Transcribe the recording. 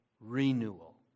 Renewal